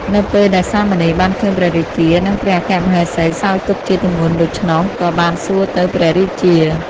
នៅពេលដែលសាមណេរបានឃើញព្រះរាជា និងព្រះអគ្គមហេសីសោយទុក្ខជាទម្ងន់ដូច្នោះ ក៏បានសួរទៅព្រះរាជា។